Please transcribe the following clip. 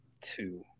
two